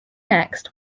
next